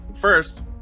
First